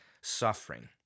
suffering